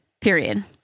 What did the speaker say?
period